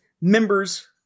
members